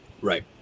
Right